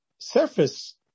surface